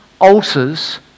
ulcers